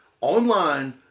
online